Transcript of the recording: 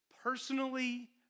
personally